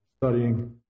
studying